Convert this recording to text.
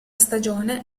stagione